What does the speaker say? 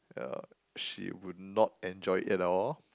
yeah she would not enjoy it at all